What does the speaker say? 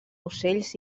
ocells